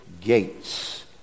gates